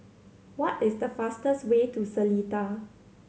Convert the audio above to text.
what is the fastest way to Seletar